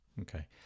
Okay